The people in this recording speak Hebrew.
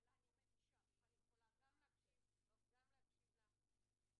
קראתי שוב את מה ששלחתם גם מהוועד שעושה עבודה חשובה מאוד.